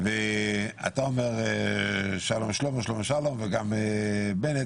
ואתה אומר שלמה שלום וגם בנט